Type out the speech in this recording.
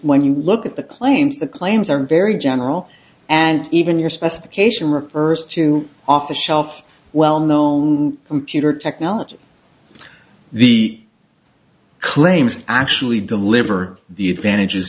when you look at the claims the claims are very general and even your specification refers to off the shelf well known computer technology the claims actually deliver the advantages